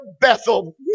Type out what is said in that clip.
Bethel